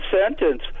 sentence